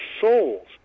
souls